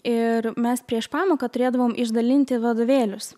ir mes prieš pamoką turėdavom išdalinti vadovėlius